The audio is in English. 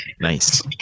nice